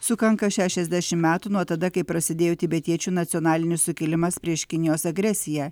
sukanka šešiasdešim metų nuo tada kai prasidėjo tibetiečių nacionalinis sukilimas prieš kinijos agresiją